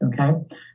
Okay